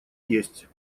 есть